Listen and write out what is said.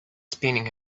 spinning